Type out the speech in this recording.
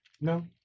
No